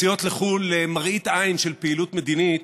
בנסיעות לחו"ל למראית עין של פעילות מדינית